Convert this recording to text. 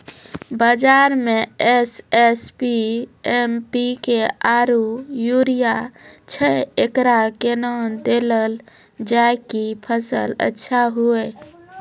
बाजार मे एस.एस.पी, एम.पी.के आरु यूरिया छैय, एकरा कैना देलल जाय कि फसल अच्छा हुये?